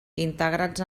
integrats